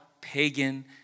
pagan